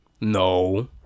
no